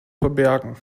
verbergen